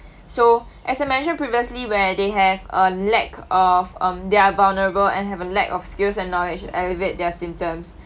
so as I mentioned previously where they have a lack of um they're vulnerable and have a lack of skills and knowledge to elevate their symptoms